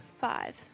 Five